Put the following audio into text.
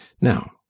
now